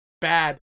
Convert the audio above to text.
bad